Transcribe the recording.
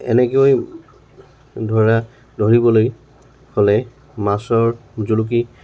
এনেকৈ ধৰা ধৰিবলৈ হ'লে মাছৰ জুলুকি